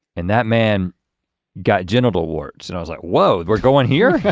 and that man got genital warts. and i was like, whoa, we're going here?